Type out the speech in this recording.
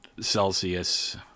Celsius